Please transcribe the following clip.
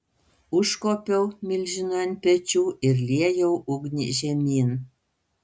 užkopiau milžinui ant pečių ir liejau ugnį žemyn